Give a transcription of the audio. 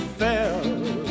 fell